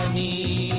ie